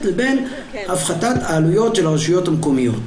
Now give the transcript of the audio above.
לבין הפחתת העלויות של הרשויות המקומיות.